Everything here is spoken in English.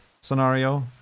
scenario